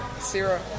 zero